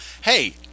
hey